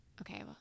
Okay